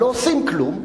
אבל לא עושים כלום,